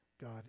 God